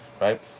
right